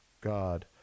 God